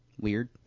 Weird